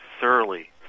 thoroughly